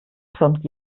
türmt